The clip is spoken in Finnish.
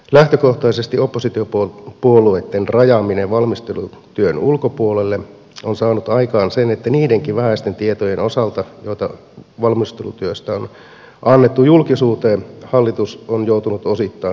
lähtökohtaisesti oppositiopuolueitten rajaaminen valmistelutyön ulkopuolelle on saanut aikaan sen että niidenkin vähäisten tietojen osalta joita valmistelutyöstä on annettu julkisuuteen hallitus on joutunut osittain perääntymään